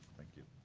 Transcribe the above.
thank you.